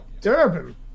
Durban